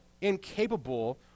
incapable